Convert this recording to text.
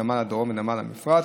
נמל הדרום ונמל המפרץ.